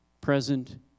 present